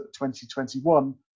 2021